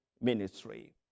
ministry